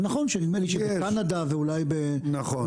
ונכון, שנדמה לי שבקנדה, ואולי בנורבגיה.